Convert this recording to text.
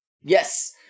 Yes